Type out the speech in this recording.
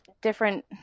different